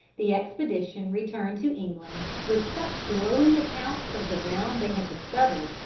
the expedition returned to england with such glowing accounts of the realm they had discovered,